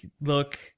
look